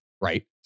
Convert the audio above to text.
right